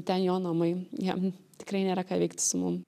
ten jo namai jam tikrai nėra ką veikt su mum